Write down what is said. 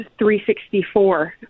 364